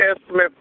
estimate